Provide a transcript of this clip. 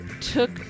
took